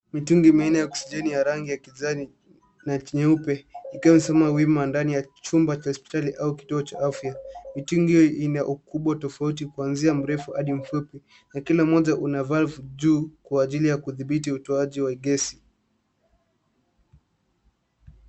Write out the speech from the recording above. Mitungi miwili ya oksijeni yenge rangi ya kijani na nyeupe ikiwa imesimama ndani ya chumba cha hospitali au kituo cha afya. Mitungi hiyo ina ukubwa tofauti kuanzia mrefu hadi mfupi na kila mmoja una [cs ] valvu[cs ] juu kwa ajili ya kudhibiti utoaji wa gesi